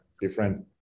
different